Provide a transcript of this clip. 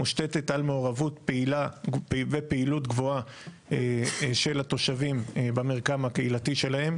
מושתת על מעורבות פעילה של התושבים במרקם הקהילתי שלהם.